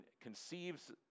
conceives